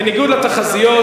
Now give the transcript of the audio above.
בניגוד לתחזיות,